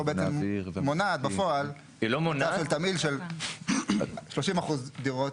בעצם מונעת בפועל תמהיל של 30% דירות,